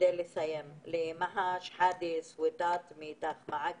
ואת המידע בשפה הערבית.